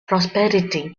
prosperity